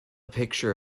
picture